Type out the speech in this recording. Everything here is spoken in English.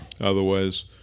Otherwise